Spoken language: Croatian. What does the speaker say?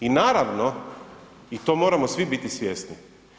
I naravno, i to moramo svi biti svjesni.